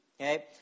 okay